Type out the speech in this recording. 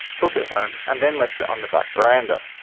took it home and then left it on the back veranda.